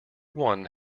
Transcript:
one